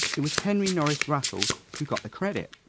it was henry norris-russell who got the credit.